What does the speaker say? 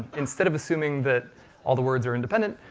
instead of assuming that all the words are independent,